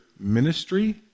ministry